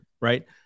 Right